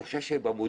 אני חושב שבמודעות